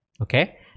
Okay